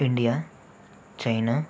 India China